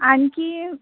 आणखी